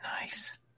Nice